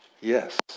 yes